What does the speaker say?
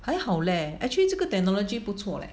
还好 leh actually 这个 technology 不错 leh